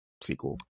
sequel